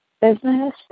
business